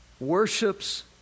worships